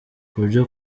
kubyo